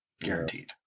Guaranteed